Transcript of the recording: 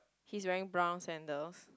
he is wearing brown sandals